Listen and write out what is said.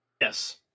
Yes